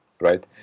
right